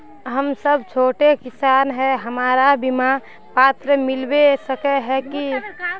हम सब छोटो किसान है हमरा बिमा पात्र मिलबे सके है की?